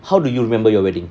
how do you remember your wedding